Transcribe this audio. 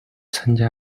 参加